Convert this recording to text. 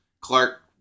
Clark